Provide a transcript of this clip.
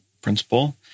Principle